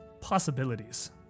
possibilities